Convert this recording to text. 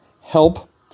Help